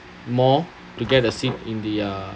more to get a seat in the uh